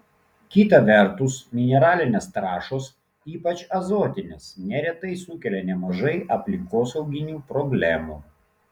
kita vertus mineralinės trąšos ypač azotinės neretai sukelia nemažai aplinkosauginių problemų